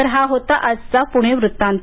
तर हा होता आजचा पुणे वृत्तांत